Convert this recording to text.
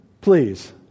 Please